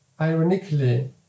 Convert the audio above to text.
ironically